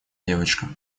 девочка